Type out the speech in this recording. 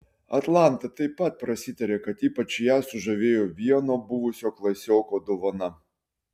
atlanta taip pat prasitarė kad ypač ją sužavėjo vieno buvusio klasioko dovana